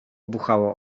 buchało